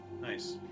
Nice